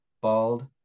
Bald